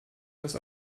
das